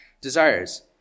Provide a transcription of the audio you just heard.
desires